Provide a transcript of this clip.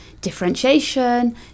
differentiation